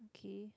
okay